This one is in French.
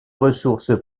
ressource